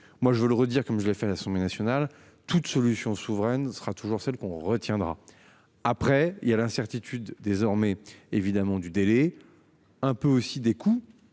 moi je veux le redire comme je l'ai fait à l'Assemblée nationale toute solution souveraine sera toujours celle qu'on retiendra après il y a l'incertitude désormais évidemment du délai. Un peu aussi des coûts